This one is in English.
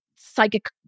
Psychic